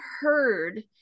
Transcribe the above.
heard